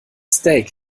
steak